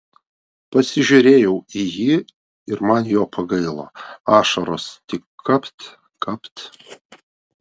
pasižiūrėjau į jį ir man jo pagailo ašaros tik kapt kapt